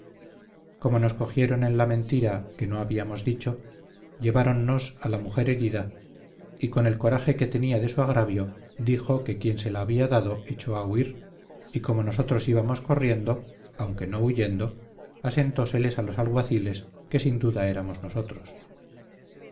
como nos cogieron en la mentira que no habíamos dicho lleváronnos a la mujer herida y con el coraje que tenía de su agravio dijo que quien se la había dado echó a huir y como nosotros íbamos corriendo aunque no huyendo asentóseles a los alguaciles que sin duda éramos nosotros